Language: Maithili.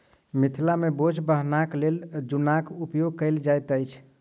मिथिला मे बोझ बन्हबाक लेल जुन्नाक उपयोग कयल जाइत अछि